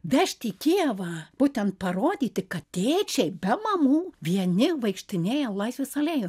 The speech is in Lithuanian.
vežti į kijevą būtent parodyti kad tėčiai be mamų vieni vaikštinėja laisvės alėjo